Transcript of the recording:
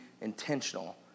intentional